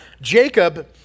Jacob